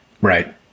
Right